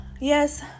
yes